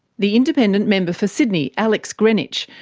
the independent member for sydney, alex greenwich,